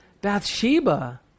Bathsheba